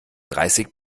dreißig